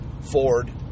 Ford